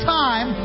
time